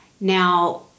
Now